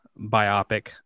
biopic